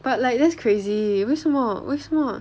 but like that's crazy 为什么为什么